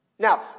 Now